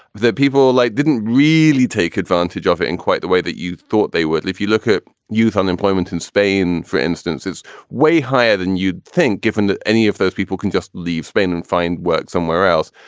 that people like didn't really take advantage of it in quite the way that you thought they would. if you look at youth unemployment in spain, for instance, it's way higher than you'd think given any of those people can just leave spain and find work somewhere else.